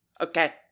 Okay